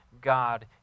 God